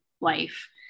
life